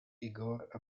igor